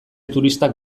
turistak